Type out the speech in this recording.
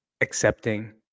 accepting